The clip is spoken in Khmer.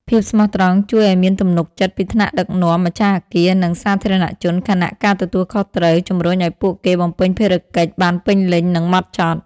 ភាពស្មោះត្រង់ ជួយឲ្យមានទំនុកចិត្តពីថ្នាក់ដឹកនាំ ម្ចាស់អគារ និងសាធារណជន ខណៈការទទួលខុសត្រូវ ជំរុញឲ្យពួកគេបំពេញភារកិច្ចបានពេញលេញ និងម៉ត់ចត់។